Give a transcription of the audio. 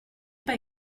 pas